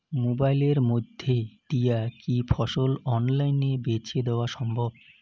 মোবাইলের মইধ্যে দিয়া কি ফসল অনলাইনে বেঁচে দেওয়া সম্ভব?